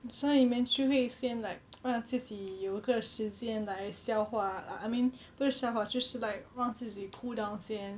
所以你们就会先 like 让自己有一个时间来消化 I I mean 不是消化就是 like 让自己 cool down 先